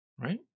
Right